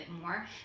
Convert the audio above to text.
more